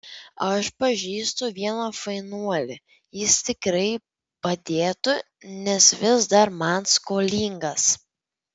aš pažįstu vieną fainuolį jis tikrai padėtų nes vis dar man skolingas